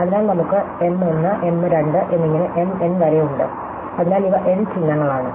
അതിനാൽ നമുക്ക് M 1 M 2 എന്നിങ്ങനെ M n വരെ ഉണ്ട് അതിനാൽ ഇവ n ചിഹ്നങ്ങളാണ്